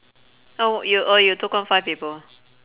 oh you oh you took on five people